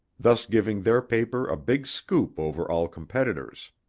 thus giving their paper a big scoop over all competitors.